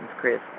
Chris